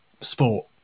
sport